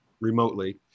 remotely